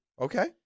Okay